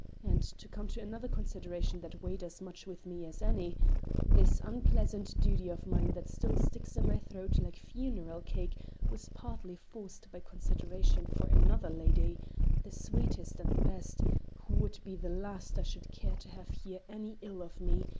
and to come to another consideration that weighed as much with me as any this unpleasant duty of mine that still sticks in my throat like funeral-cake was partly forced by consideration for another lady the sweetest and the best who would be the last i should care to have hear any ill of me,